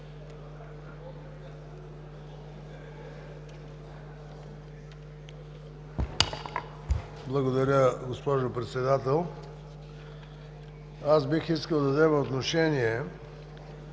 Благодаря, госпожо Председател. Аз бих искал да взема отношение